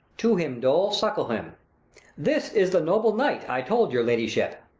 to him, dol, suckle him this is the noble knight, i told your ladyship